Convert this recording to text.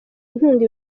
inkunga